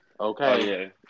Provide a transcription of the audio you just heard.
Okay